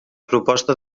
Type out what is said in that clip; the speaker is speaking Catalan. proposta